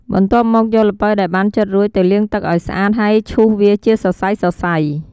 បន្ទាប់មកយកល្ពៅដែលបានចិតរួចទៅលាងទឹកឲ្យស្អាត ហើយឈូសវាជាសរសៃៗ។